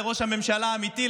לראש הממשלה האמיתי,